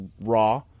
Raw